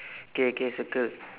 K K circle